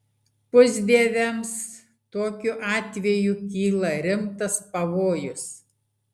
pusdieviams tokiu atveju kyla rimtas pavojus